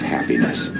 Happiness